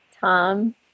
Tom